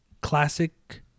classic